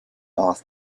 off